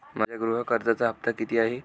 माझ्या गृह कर्जाचा हफ्ता किती आहे?